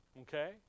Okay